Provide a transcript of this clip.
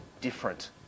different